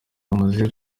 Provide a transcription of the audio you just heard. bamaze